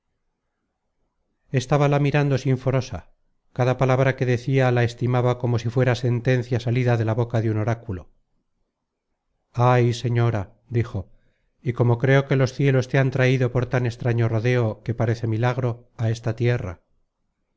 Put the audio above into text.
muerte estábala mirando sinforosa cada palabra que decia la estimaba como si fuera sentencia salida de la boca de un oraculo ay señora dijo y como creo que los cielos te han traido por tan extraño rodeo que parece milagro á esta tierra